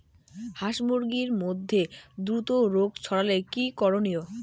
হাস মুরগির মধ্যে দ্রুত রোগ ছড়ালে কি করণীয়?